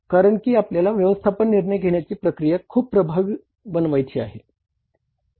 कारण की आपल्याला व्यवस्थापन निर्णय घेण्याची प्रक्रिया खूप प्रभावी बनवायची आहे